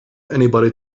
anybody